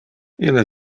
ille